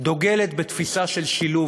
דוגלת בתפיסה של שילוב.